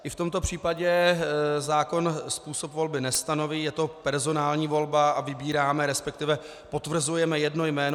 I v tomto případě zákon způsob volby nestanoví, je to personální volba a vybíráme, resp. potvrzujeme jedno jméno.